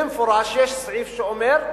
במפורש, יש סעיף שאומר: